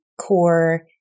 core